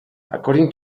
according